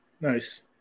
Nice